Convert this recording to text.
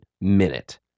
minute